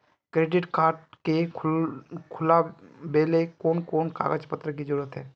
Credit card के खुलावेले कोन कोन कागज पत्र की जरूरत है?